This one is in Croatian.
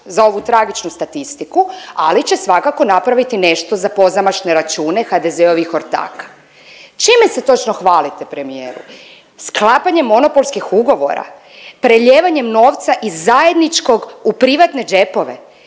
za ovu tragičnu statistiku, ali će svakako napraviti nešto za pozamašne račune HDZ-ovi ortaka? Čime se točno hvalite premijeru? Sklapanjem monopolskih ugovora, prelijevanjem novca iz zajedničkog u privatne džepove